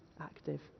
active